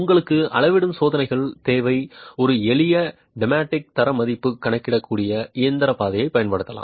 உங்களுக்கு அளவிடும் சாதனங்கள் தேவை ஒரு எளிய டெமெக் தரமதிப்பு கணக்கிடக்கூடிய இயந்திர பாதை பயன்படுத்தப்படலாம்